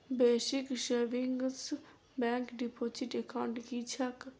Basic savings bank deposit account की छैक?